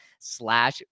slash